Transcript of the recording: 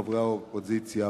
חברי האופוזיציה,